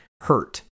hurt